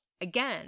Again